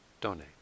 donate